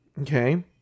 Okay